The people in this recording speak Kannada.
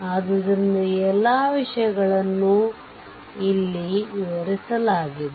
ಆದ್ದರಿಂದ ಈ ಎಲ್ಲಾ ವಿಷಯಗಳನ್ನು ಇಲ್ಲಿ ವಿವರಿಸಲಾಗಿದೆ